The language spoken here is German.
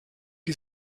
die